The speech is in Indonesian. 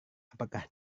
apakah